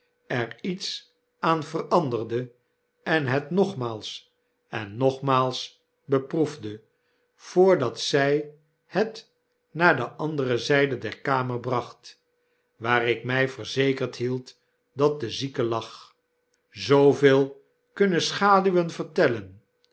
er iets aan veranderde en net nogmaals en nogmaals beproefde voordat zij het naar de andere zyde der kamer bracht waar ik my verzekerd hield dat de zieke lag zooveel kunnen schaduwen vertellen